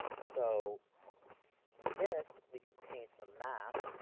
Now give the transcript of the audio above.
so with this, we can paint a map